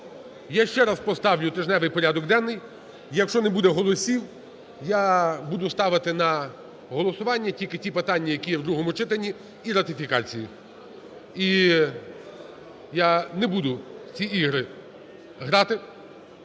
я ще раз поставлю тижневий порядок денний. Якщо не буде голосів, я буду ставити на голосування тільки ті питання, які в другому читанні і ратифікації. І я не буду в ці ігри грати.